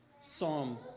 Psalm